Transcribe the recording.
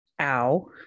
ow